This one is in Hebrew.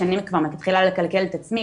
כשאני כבר מתחילה לכלכל את עצמי,